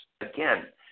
Again